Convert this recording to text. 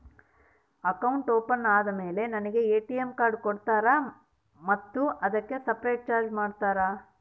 Account open ಆದಮೇಲೆ ನನಗೆ ATM card ಕೊಡ್ತೇರಾ ಮತ್ತು ಅದಕ್ಕೆ ಸಪರೇಟ್ ಚಾರ್ಜ್ ಮಾಡ್ತೇರಾ?